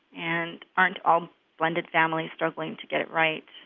and aren't all blended families struggling to get it right.